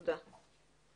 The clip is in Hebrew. תודה.